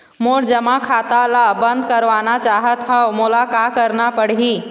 मोर जमा खाता ला बंद करवाना चाहत हव मोला का करना पड़ही?